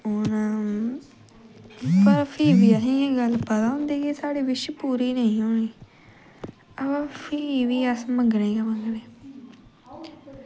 हून फ्ही बी असें एह् गल्ल पता होंदी कि साढ़ी बिश पूरी नेंई होंनी व फ्ही बी अस मंगने गै मंगने